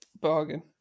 Bargain